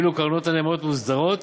ואילו קרנות הנאמנות מוסדרות